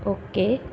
okay